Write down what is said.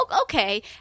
okay